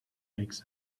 makes